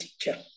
teacher